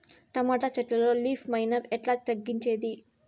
Tomato చెట్లల్లో leaf miner ఎట్లా తగ్గించేది?